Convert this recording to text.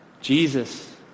Jesus